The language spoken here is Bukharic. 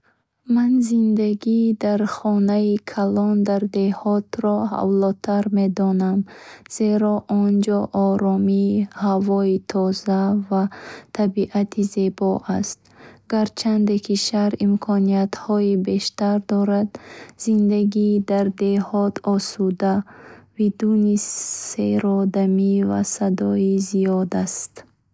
Ман зиндагӣ дар хонаи калон дар деҳотро авлотар медонам, зеро онҷо оромӣ, ҳавои тоза ва табиати зебо ҳаст. Гарчанде ки шаҳр имкониятҳои бештар дорад, зиндагӣ дар деҳот осуда, бидуни серодамӣ ва садои зиёд аст. Хона калон бошад, ҷой барои истироҳат ва оила бештар мешавад.